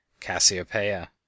Cassiopeia